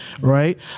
right